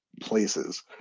places